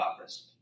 office